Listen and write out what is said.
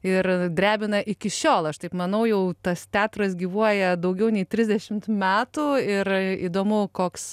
ir drebina iki šiol aš taip manau jau tas teatras gyvuoja daugiau nei trisdešimt metų ir įdomu koks